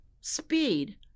speed